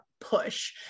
push